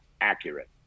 accurate